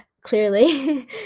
clearly